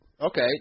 Okay